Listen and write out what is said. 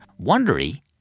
Wondery